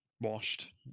washed